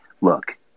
look